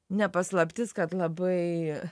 ne paslaptis kad labai